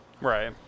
Right